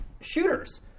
shooters